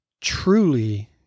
truly